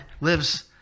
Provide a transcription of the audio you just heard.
lives